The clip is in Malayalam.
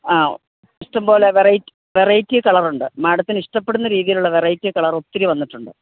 ആ ഇഷ്ടംപോലെ വെറൈറ്റി കളറുണ്ട് മാഡത്തിന് ഇഷ്ടപ്പെടുന്ന രീതിയിലുള്ള വെറൈറ്റി കളറ് ഒത്തിരി വന്നിട്ടുണ്ട്